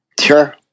Sure